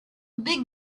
big